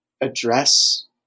address